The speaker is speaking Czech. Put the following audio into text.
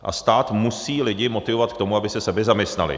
A stát musí lidi motivovat k tomu, aby se sebezaměstnali.